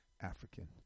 African